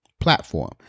platform